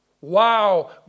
Wow